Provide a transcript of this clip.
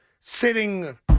sitting